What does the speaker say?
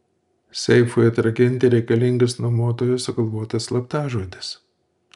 seifui atrakinti reikalingas nuomotojo sugalvotas slaptažodis